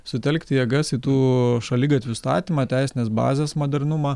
sutelkti jėgas į tų šaligatvių statymą teisinės bazės modernumą